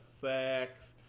facts